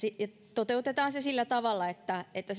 toteutetaan se sillä tavalla että että